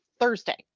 Thursday